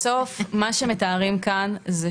בסך